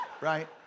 Right